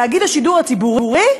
תאגיד השידור הציבורי,